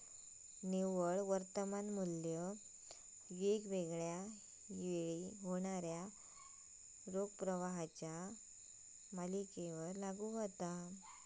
निव्वळ वर्तमान मू्ल्य वेगवेगळा वेळी होणाऱ्यो रोख प्रवाहाच्यो मालिकेवर लागू होता